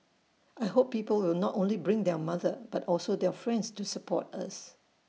I hope people will not only bring their mother but also their friends to support us